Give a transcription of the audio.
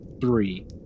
three